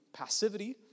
passivity